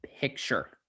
picture